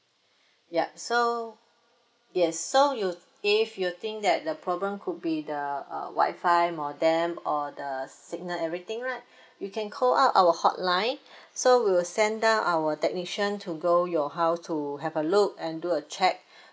yup so yes so you if you think that the problem could be the uh wifi modem or the signal everything right you can call out our hotline so we will send out our technician to go your house to have a look and do a check